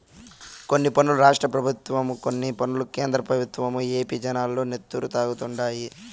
కొన్ని పన్నులు రాష్ట్ర పెబుత్వాలు, కొన్ని పన్నులు కేంద్ర పెబుత్వాలు ఏపీ జనాల నెత్తురు తాగుతండాయి